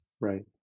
Right